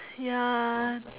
ya